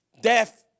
death